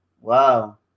Wow